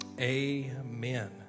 Amen